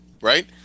Right